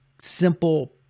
simple